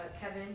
Kevin